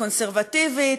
קונסרבטיבית,